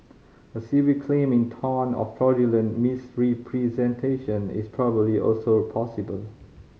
a civil claim in tort of fraudulent misrepresentation is probably also possible